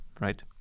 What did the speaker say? right